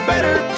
Better